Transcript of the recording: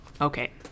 Okay